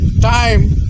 time